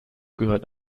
gehört